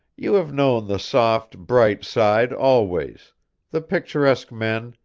you have known the soft, bright side always the picturesque men,